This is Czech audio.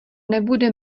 nebude